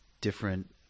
different